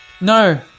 No